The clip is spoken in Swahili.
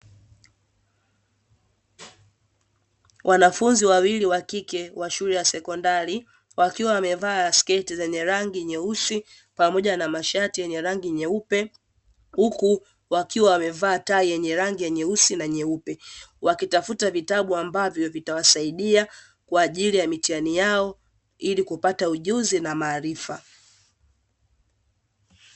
Wanafunzi wawili wa kike wa shule ya sekondari, wakiwa wamevaa sketi zenye rangi nyeusi pamoja na masharti yenye rangi nyeupe, huku wakiwa wamevaa tai yenye rangi ya nyeusi na nyeupe, wakitafuta vitabu ambavyo vitawasaidia kwa ajili ya mitihani yao ili kupata ujuzi na maarifa.